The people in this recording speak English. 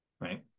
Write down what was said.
right